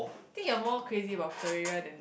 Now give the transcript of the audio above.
think you're more crazy about Terraria than